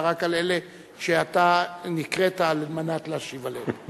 אלא רק על אלה שאתה נקראת על מנת להשיב עליהן.